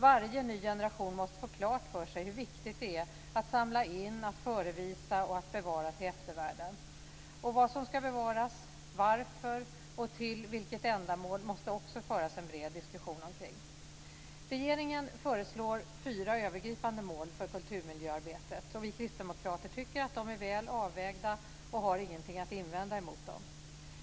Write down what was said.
Varje ny generation måste få klart för sig hur viktigt det är att samla in, förevisa och bevara till eftervärlden. Vad som ska bevaras, varför och till vilket ändamål måste det också föras en bred diskussion omkring. Regeringen föreslår fyra övergripande mål för kulturmiljöarbetet. Vi kristdemokrater tycker att de är väl avvägda och har ingenting att invända emot dem.